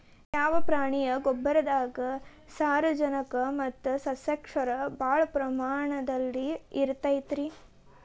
ಯಾವ ಪ್ರಾಣಿಯ ಗೊಬ್ಬರದಾಗ ಸಾರಜನಕ ಮತ್ತ ಸಸ್ಯಕ್ಷಾರ ಭಾಳ ಪ್ರಮಾಣದಲ್ಲಿ ಇರುತೈತರೇ?